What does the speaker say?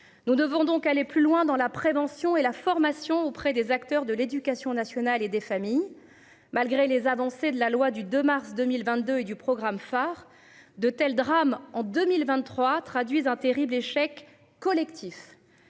Nous devons donc aller plus loin dans la prévention et la formation auprès des acteurs de l'éducation nationale et des familles. Malgré les avancées de la loi du 2 mars 2022 et du programme phare de tels drames. En 2023, traduisent un terrible échec collectif.